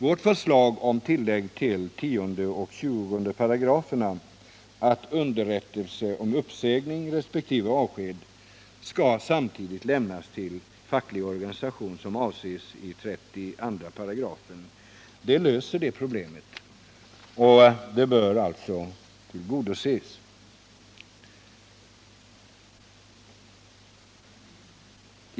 Vårt förslag om tillägg till 10 och 20 §§ att ”underrättelse om uppsägning skall samtidigt lämnas till facklig organisation som avses i 32 §” löser problemet. Det bör alltså tillgodoses.